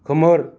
खोमोर